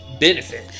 benefit